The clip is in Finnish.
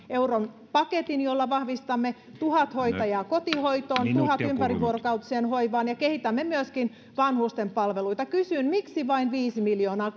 euron paketin jolla vahvistamme tuhat hoitajaa kotihoitoon tuhanteen ympärivuorokautiseen hoivaan ja kehitämme myöskin vanhusten palveluita kysyn miksi vain viisi miljoonaa